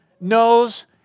knows